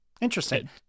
Interesting